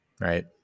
right